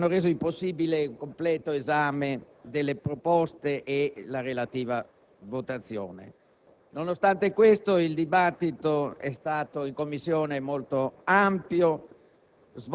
che hanno reso impossibile il completo esame delle proposte e la relativa votazione. Nonostante questo, il dibattito in quella sede è stato molto ampio